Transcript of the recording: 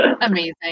Amazing